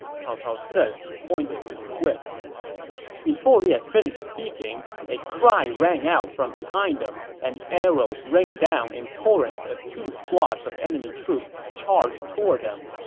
cao cao said as he pointed with his whip before he had finished speaking, a cry rang out from behind them, and arrows rained down in torrents as two squads of enemy troops charged toward them.